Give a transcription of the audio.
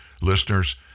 listeners